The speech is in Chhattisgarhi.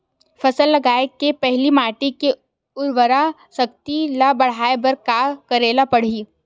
फसल लगाय के पहिली माटी के उरवरा शक्ति ल बढ़ाय बर का करेला पढ़ही?